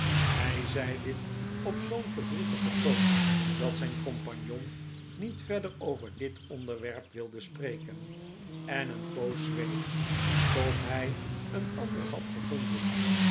hij zei dit op zoo'n verdrietigen toon dat zijn compagnon niet verder over dit onderwerp wilde spreken en een poos zweeg tot hij een ander had gevonden